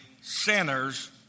sinners